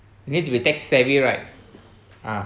you need to be tech-savvy right ah